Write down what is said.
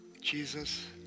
Jesus